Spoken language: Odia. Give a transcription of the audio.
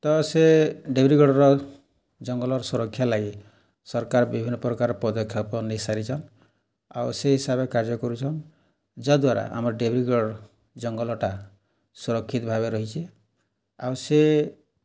ତ ସେ ଡ଼େଭୀର୍ ଗଡ଼ର ଜଙ୍ଗଲ୍ର ସୁରକ୍ଷା ଲାଗି ସରକାର୍ ବିଭିନ୍ନ ପ୍ରକାର ପଦକ୍ଷପ ନେଇସାରିଛନ୍ ଆଉ ସେଇ ହିସାବରେ କାର୍ଯ୍ୟ କରୁଛନ୍ ଯା ଦ୍ୱାରା ଆମର୍ ଡ଼େଭୀର୍ ଗଡ଼୍ ଜଙ୍ଗଲଟା ସୁରକ୍ଷିତ ଭାବରେ ରହିଛି ଆଉ ସେ